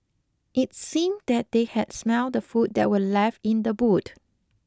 it seemed that they had smelt the food that were left in the boot